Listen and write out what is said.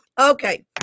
okay